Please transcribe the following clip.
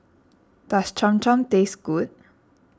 does Cham Cham taste good